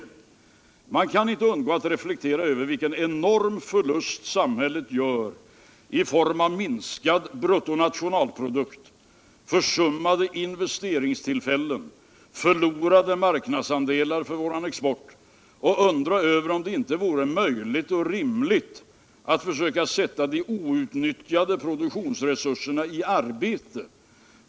Man kan inte undgå att reflektera över vilken enorm förlust samhället gör i form av minskad bruttonationalprodukt, försummade investeringstillfällen och förlorade marknadsandelar för vår export och undra över om det inte vore möjligt och rimligare att försöka sätta de outnyttjade produktionsresurserna i arbete.